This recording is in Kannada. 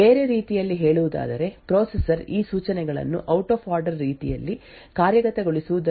ಬೇರೆ ರೀತಿಯಲ್ಲಿ ಹೇಳುವುದಾದರೆ ಪ್ರೊಸೆಸರ್ ಈ ಸೂಚನೆಗಳನ್ನು ಔಟ್ ಆಫ್ ಆರ್ಡರ್ ರೀತಿಯಲ್ಲಿ ಕಾರ್ಯಗತಗೊಳಿಸುವುದರೊಂದಿಗೆ ಸರಿಯಾದ ಫಲಿತಾಂಶವನ್ನು ಪಡೆಯಲು ಸಾಧ್ಯವಾಗುತ್ತದೆ